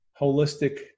holistic